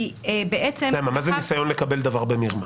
מה זה "ניסיון לקבל דבר במרמה"?